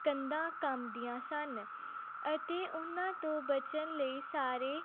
ਕੰਧਾਂ ਕੰਬਦੀਆਂ ਸਨ ਅਤੇ ਉਹਨਾਂ ਤੋਂ ਬਚਣ ਲਈ ਸਾਰੇ